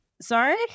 sorry